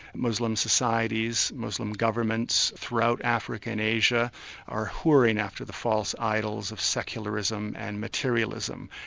muslim societies, muslim governments throughout africa and asia are whoring after the false idols of secularism and materialism.